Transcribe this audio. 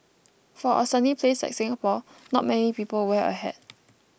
for a sunny place like Singapore not many people wear a hat